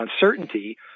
uncertainty